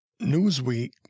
Newsweek